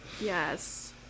Yes